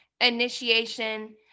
initiation